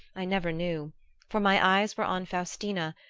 i never knew for my eyes were on faustina,